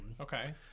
Okay